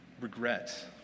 regret